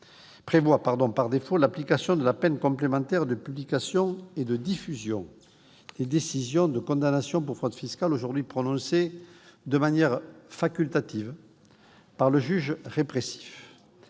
prévoit par défaut l'application de la peine complémentaire de publication et de diffusion des décisions de condamnation pour fraude fiscale, aujourd'hui prononcée de manière facultative par le juge répressif.